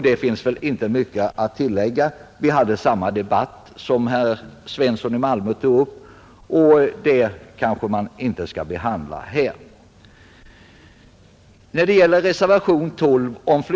Det finns inte mycket att tillägga — herr Svensson i Malmö tog upp samma debatt då, och vi skall väl inte behandla den saken igen.